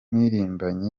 y’amahoro